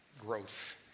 growth